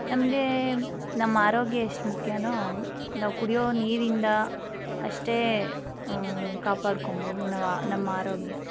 ನಮಗೆ ನಮ್ಮ ಆರೋಗ್ಯ ಎಷ್ಟು ಮುಖ್ಯವೋ ನಾವು ಕುಡಿಯೋ ನೀರಿಂದ ಅಷ್ಟೇ ಕಾಪಾಡ್ಕೊಬೋದು ನಾವು ನಮ್ಮ ಆರೋಗ್ಯ